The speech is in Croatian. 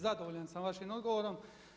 Zadovoljan sam vašim odgovorom.